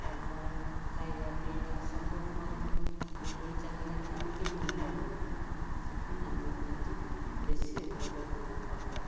ଲଣ୍ଠଣରେ ଖାଇବା ପିଇବା ସବୁ ମରେ ବିଜୁଳି ଚାଲିଗଲେ ଆମେ କେମିତି ଚଳିବୁ ସେଥିପାଇଁ ଆମକୁ ବିଦ୍ୟୁତ ବେଶୀ ଉପଯୋଗ ଅଟେ